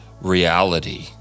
reality